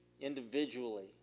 individually